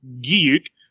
Geek